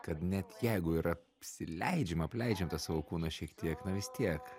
kad net jeigu ir apsileidžiama apleidžiam savo kūno šiek tiek na vis tiek